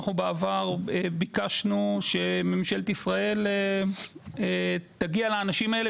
אנחנו בעבר ביקשנו שממשלת ישראל תגיע לאנשים האלה,